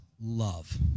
love